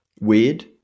Weird